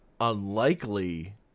unlikely